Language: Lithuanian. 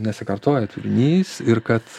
nesikartoja turinys ir kad